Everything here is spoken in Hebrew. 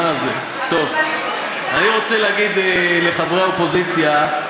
טוב, אני רוצה להגיד לחברי האופוזיציה,